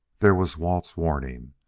there was walt's warning,